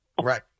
Right